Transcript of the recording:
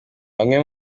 bamwe